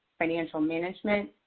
financial management,